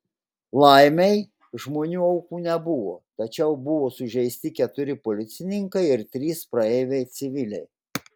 laimei žmonių aukų nebuvo tačiau buvo sužeisti keturi policininkai ir trys praeiviai civiliai